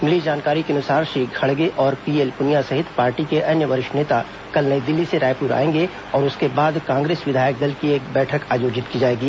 मिली जानकारी के अनुसार श्री खड़गे और पीएल पुनिया सहित पार्टी के अन्य वरिष्ठ नेता कल नई दिल्ली से रायपुर आएंगे और उसके बाद कांग्रेस विधायक दल की बैठक आयोजित की जाएगी